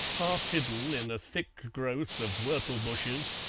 half hidden in a thick growth of whortle bushes,